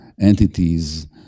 entities